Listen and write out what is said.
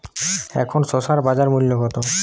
এখন শসার বাজার মূল্য কত?